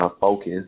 focus